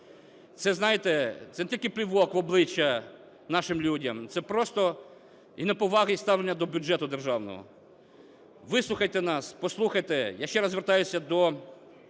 Це, знаєте, це не тільки плювок в обличчя нашим людям, це просто неповага в ставленні до бюджету державного. Вислухайте нас, послухайте - я ще раз звертаюся до